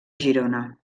girona